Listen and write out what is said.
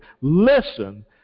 listen